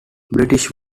british